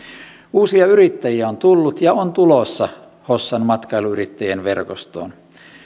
uusia yrittäjiä on tullut ja on tulossa hossan matkailuyrittäjien verkostoon